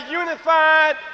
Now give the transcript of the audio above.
unified